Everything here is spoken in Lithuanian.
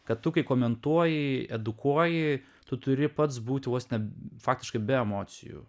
kad tu kai komentuoji edukuoji tu turi pats būti vos ne faktiškai be emocijų